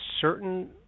certain